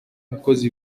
akoze